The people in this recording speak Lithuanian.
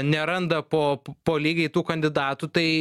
neranda po p po lygiai tų kandidatų tai